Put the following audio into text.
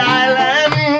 island